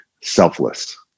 selfless